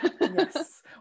Yes